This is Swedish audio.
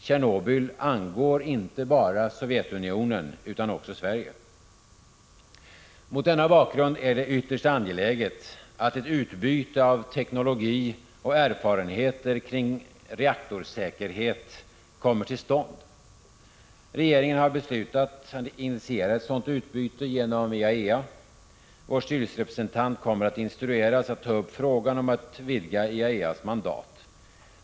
Tjernobyl angår inte bara Sovjetunionen utan också Sverige. Mot denna bakgrund är det ytterst angeläget att ett utbyte av teknologi och erfarenheter kring reaktorsäkerhet kommer till stånd. Regeringen har beslutat initiera ett sådant utbyte genom IAEA. Vår styrelserepresentant kommer att instrueras att ta upp frågan om att vidga IAEA:s mandat.